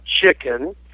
Chicken